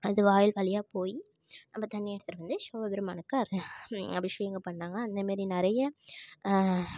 அது வாயில் வழியாக போய் நம்ப தண்ணி எடுத்துட்டு வந்து சிவபெருமானுக்கு அருள் அபிஷேகம் பண்ணாங்க அந்தமாரி நிறைய